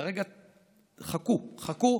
כרגע חכו, חכו.